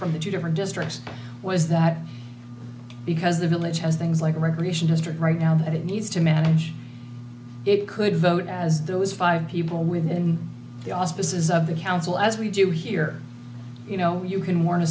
from the two different districts was that because the village has things like a recreation district right now that it needs to manage it could vote as there was five people within the auspices of the council as we do here you know you can warn a